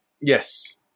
Yes